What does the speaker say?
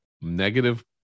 negative